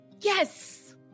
Yes